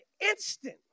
instant